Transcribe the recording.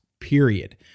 period